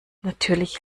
natürlich